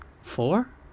Four